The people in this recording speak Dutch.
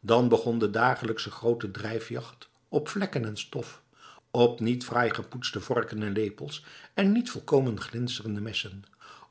dan begon de dagelijkse grote drijfjacht op vlekken en stof op niet fraai gepoetste vorken en lepels en niet volkomen glinsterende messen